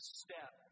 step